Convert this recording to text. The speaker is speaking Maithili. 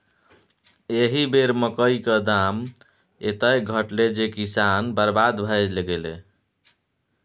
एहि बेर मकई क दाम एतेक घटलै जे किसान बरबाद भए गेलै